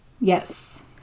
Yes